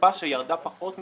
וקופה שירדה פחות מאחרות,